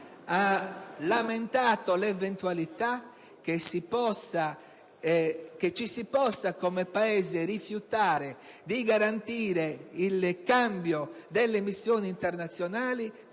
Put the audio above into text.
e paventato l'eventualità che ci si possa, come Paese, rifiutare di garantire il cambio delle missioni internazionali